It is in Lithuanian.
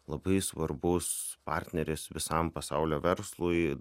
labai svarbus partneris visam pasaulio verslui